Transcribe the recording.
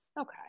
Okay